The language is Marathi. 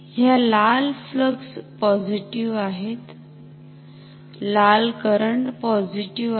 ह्या लाल फ्लक्स पॉझिटिव्ह आहेत लाल करंट पॉझिटिव्ह आहे